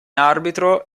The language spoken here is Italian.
arbitro